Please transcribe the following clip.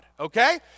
Okay